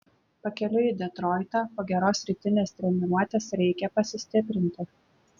pakeliui į detroitą po geros rytinės treniruotės reikia pasistiprinti